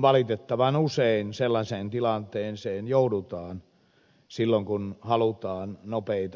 valitettavan usein sellaiseen tilanteeseen joudutaan silloin kun halutaan nopeita ratkaisuja